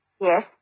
Yes